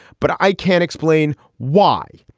but i can't explain why,